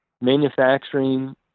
manufacturing